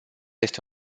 este